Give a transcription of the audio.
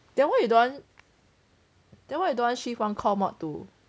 then why you don't want then why you don't want shift one core mod to